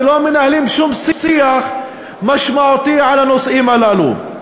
ולא מנהלים שום שיח משמעותי על הנושאים הללו.